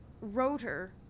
rotor